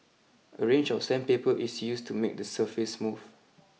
a range of sandpaper is used to make the surface smooth